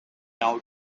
out